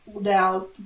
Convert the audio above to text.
Now